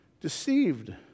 deceived